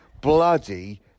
bloody